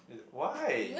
why